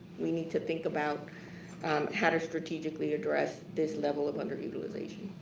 we need to think about how to strategically address this level of underutilization.